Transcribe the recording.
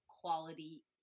quality